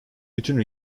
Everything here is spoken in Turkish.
bütün